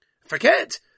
forget